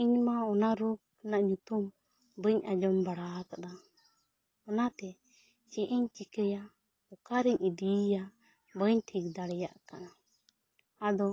ᱤᱧ ᱢᱟ ᱚᱱᱟ ᱨᱳᱜᱽ ᱨᱮᱱᱟᱜ ᱧᱩᱛᱩᱢ ᱵᱟᱹᱧ ᱟᱸᱡᱚᱢ ᱵᱟᱲᱟ ᱟᱠᱟᱫᱟ ᱚᱱᱟᱛᱮ ᱪᱮᱫ ᱤᱧ ᱪᱮᱠᱟᱭᱟ ᱚᱠᱟ ᱨᱤᱧ ᱤᱫᱤᱭᱮᱭᱟ ᱵᱟᱹᱧ ᱴᱷᱤᱠ ᱫᱟᱲᱮᱭᱟᱜ ᱠᱟᱱᱟ ᱟᱫᱚ